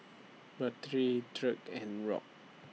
Bertie Dirk and Rock